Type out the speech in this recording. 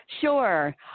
Sure